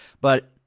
but-